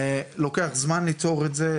לוקח זמן ליצור את זה,